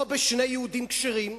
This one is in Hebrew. או בשני יהודים כשרים,